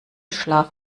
schlaf